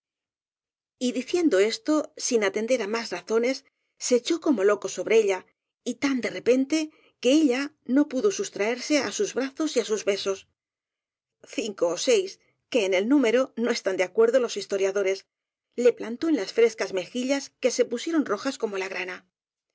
parió y diciendo esto sin atender á más razones se echó como loco sobre ella y tan de repente que ella no pudo sustraerse á sus brazos y á sus besos cinco ó seis que en el número no están de acuer do los historiadores le plantó en las frescas meji llas que se pusieron rojas como la grana